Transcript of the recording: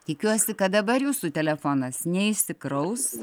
tikiuosi kad dabar jūsų telefonas neišsikraus